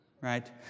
right